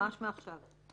ממש מעכשיו.